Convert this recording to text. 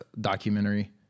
documentary